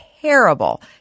terrible